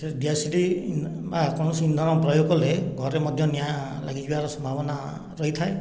ଦିଆସିଲି ବା କୌଣସି ଇନ୍ଧନ ପ୍ରୟୋଗ କଲେ ଘରେ ମଧ୍ୟ ନିଆଁ ଲାଗିଯିବାର ସମ୍ଭାବନା ରହିଥାଏ